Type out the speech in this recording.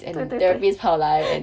and therapists 跑来 and